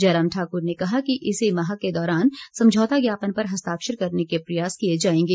जयराम ठाकुर ने कहा कि इसी माह के दौरान समझौता ज्ञापन पर हस्ताक्षर करने के प्रयास किए जायेंगे